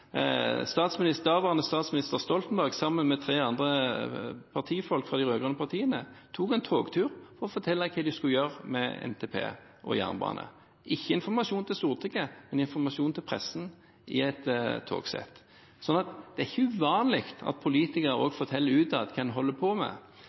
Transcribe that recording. Daværende statsminister Stoltenberg, sammen med tre andre partimedlemmer fra de rød-grønne partiene, tok en togtur og fortalte hva de skulle gjøre med NTP og jernbane. De ga ikke informasjon til Stortinget, men til pressen i et togsett. Det er ikke uvanlig at politikere